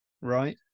Right